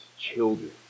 children